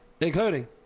including